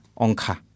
Onka